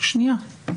שנייה.